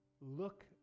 look